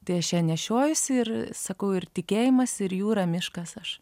tai aš ją nešiojuosi ir sakau ir tikėjimas ir jūra miškas aš